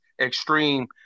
extreme